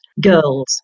girls